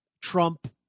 Trump